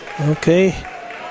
Okay